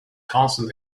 constant